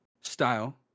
style